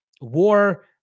War